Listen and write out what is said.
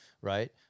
Right